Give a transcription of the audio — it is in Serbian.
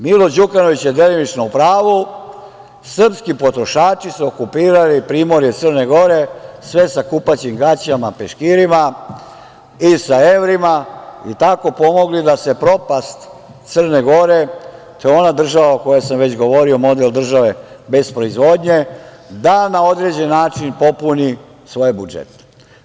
Milo Đukanović je delimično u pravu - srpski potrošači su okupirali primorje Crne Gore, sve sa kupaćim gaćama, peškirima i sa evrima i tako pomogli da se propast Crne Gore, to je ona država o kojoj sam već govorio, model države bez proizvodnje, da na određen način popuni svoje budžete.